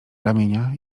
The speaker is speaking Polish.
ramienia